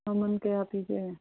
ꯃꯃꯜ ꯀꯌꯥ ꯄꯤꯒꯦ